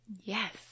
Yes